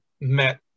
met